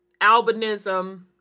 albinism